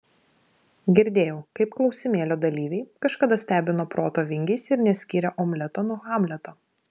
girdėjau kaip klausimėlio dalyviai kažkada stebino proto vingiais ir neskyrė omleto nuo hamleto